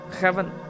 heaven